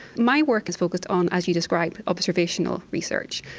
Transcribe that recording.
my work is focused on, as you described, observational research.